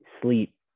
sleep